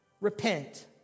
repent